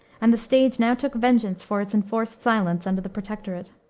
and the stage now took vengeance for its enforced silence under the protectorate.